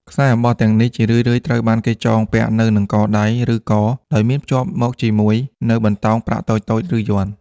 ខ្សែអំបោះទាំងនេះជារឿយៗត្រូវបានចងពាក់នៅនឹងកដៃ ឬ ក ដោយមានភ្ជាប់មកជាមួយនូវបន្តោងប្រាក់តូចៗ ឬយ័ន្ត។